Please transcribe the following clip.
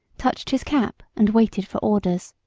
touched his cap, and waited for orders.